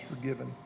forgiven